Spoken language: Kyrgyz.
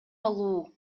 алуу